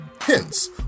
Hence